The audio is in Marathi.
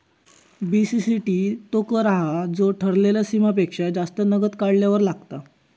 बी.सी.टी.टी तो कर हा जो ठरलेल्या सीमेपेक्षा जास्त नगद काढल्यार लागता